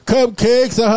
Cupcakes